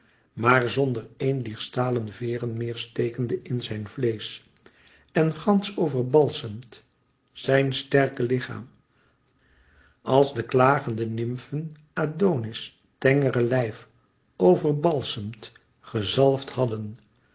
maar zonder één dier stalen veêren meer stekende in zijn vleesch en gansch overbalsemd zijn sterke lichaam als de klagende nymfen adonis tengere lijf overbalsemd gezalfd hadden